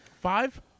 Five